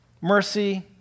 mercy